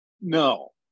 No